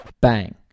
Bang